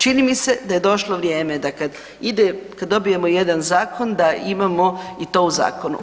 Čini mi se da je došlo vrijeme da kad ide, kad dobijemo jedan zakon da imamo i to u zakonu.